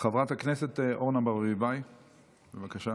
חברת הכנסת אורנה ברביבאי, בבקשה.